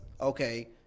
okay